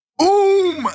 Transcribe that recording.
Boom